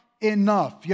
enough